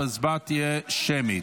ההצבעה תהיה שמית.